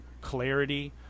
clarity